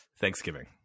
Thanksgiving